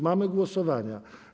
Mamy głosowania.